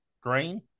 green